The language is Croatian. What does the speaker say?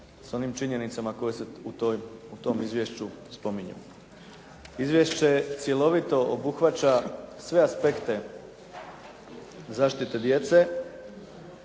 s onim činjenicama koje se u tom izvješću spominju. Izvješće cjelovito obuhvaća sve aspekte zaštite djece